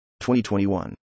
2021